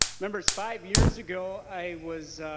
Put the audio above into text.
members five years ago i was